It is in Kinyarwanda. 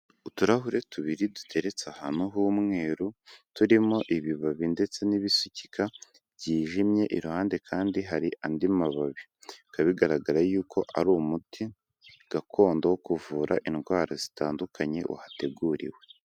Uturahure tubiri duteretse ahantu h'umweru turimo ibibabi ndetse n'ibisukika byijimye, iruhande kandi hari andi mababi, bika bigaragara yuko ari umuti gakondo wo kuvura indwara zitandukanye wahateguriwe.